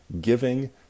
giving